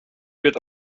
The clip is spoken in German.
wird